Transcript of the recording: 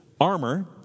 armor